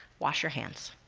wash your hands!